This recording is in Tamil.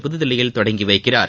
புதுதில்லியில் தொடங்கிவைக்கிறார்